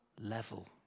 level